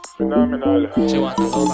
Phenomenal